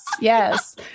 yes